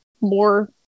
more